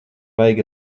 vajag